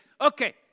okay